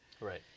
Right